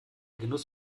genuss